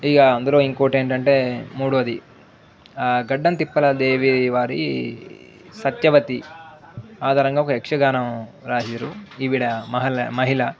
ఇగ అందరూ ఇంకోటేంటంటే మూడవది గడ్డన్ తిప్పల దేవి వారి సత్యవతి ఆధరంగా ఒక యక్షగానం రాసారు ఈవిడ మహళ మహిళ